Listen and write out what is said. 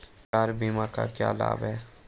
Car बीमा का क्या लाभ है?